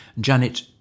Janet